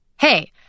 hey